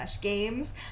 games